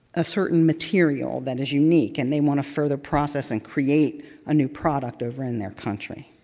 a certain material that is unique and they want to further process and create a new product over in their country.